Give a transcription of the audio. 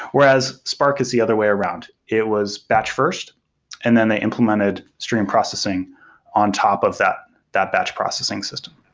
whereas spark is the other way around. it was batch first and then they implemented stream processing on top of that that batch processing system.